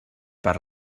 per